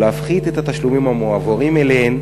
ולהפחית את התשלומים המועברים אליהן